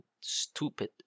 stupid